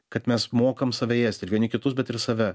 kad mes mokam save ėst ir vieni kitus bet ir save